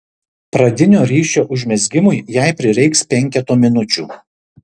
pradinio ryšio užmezgimui jai prireiks penketo minučių